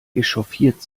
echauffiert